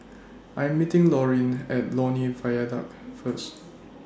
I Am meeting Laureen At Lornie Viaduct First